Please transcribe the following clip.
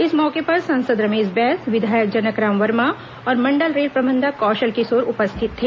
इस मौके पर सांसद रमेश बैस विधायक जनक राम वर्मा और मंडल रेल प्रबंधक कौशल किशोर उपस्थित थे